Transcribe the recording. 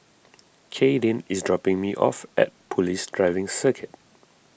Kadyn is dropping me off at Police Driving Circuit